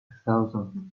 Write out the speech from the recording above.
thousand